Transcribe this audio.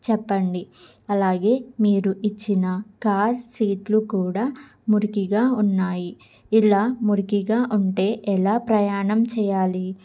చెప్పండి అలాగే మీరు ఇచ్చిన కార్ సీట్లు కూడా మురికిగా ఉన్నాయి ఇలా మురికిగా ఉంటే ఎలా ప్రయాణం చేయాలి